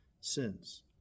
sins